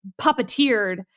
puppeteered